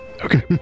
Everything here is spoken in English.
Okay